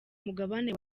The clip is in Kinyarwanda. umugabane